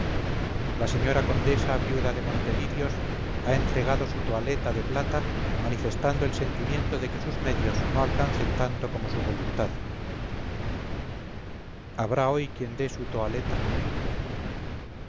la señora condesa viuda de montelirios ha entregado su toaleta de plata manifestando el sentimiento de que sus medios no alcancen tanto como su voluntad habrá hoy quien dé su toaleta